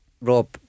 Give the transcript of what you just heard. Rob